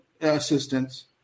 assistance